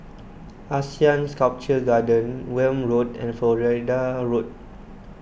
Asean Sculpture Garden Welm Road and Florida Road